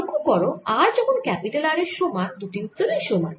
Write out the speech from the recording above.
লক্ষ্য করো r যখন ক্যাপিটাল R এর সমান দুটি উত্তরই সমান